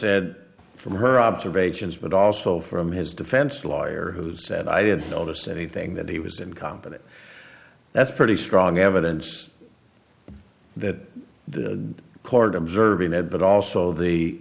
that from her observations but also from his defense lawyer who said i didn't notice anything that he was incompetent that's pretty strong evidence that the court observing that but also the